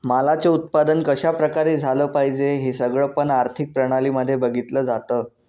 मालाच उत्पादन कशा प्रकारे झालं पाहिजे हे सगळं पण आर्थिक प्रणाली मध्ये बघितलं जातं